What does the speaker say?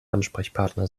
ansprechpartner